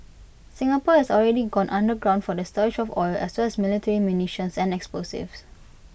Singapore has already gone underground for the storage of oil as well as military munitions and explosives